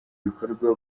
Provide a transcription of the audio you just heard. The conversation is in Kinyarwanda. bikorwa